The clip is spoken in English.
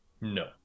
No